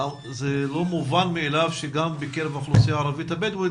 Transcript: זה לא מובן מאליו שגם בקרב האוכלוסייה הערבית הבדואית